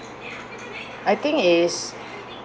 I think is